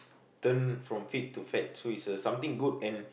turn from fit to fat so is a something good and